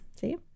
See